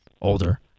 older